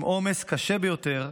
עם עומס קשה ביותר,